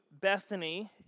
Bethany